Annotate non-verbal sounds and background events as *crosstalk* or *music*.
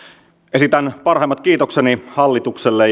esitän parhaimmat kiitokseni hallitukselle *unintelligible*